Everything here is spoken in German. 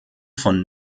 von